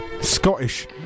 Scottish